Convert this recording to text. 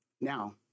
Now